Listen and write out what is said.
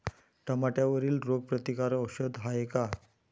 टमाट्यावरील रोग प्रतीकारक औषध हाये का?